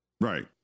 Right